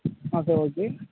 okay okay